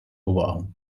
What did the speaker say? увагу